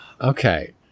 Okay